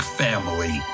family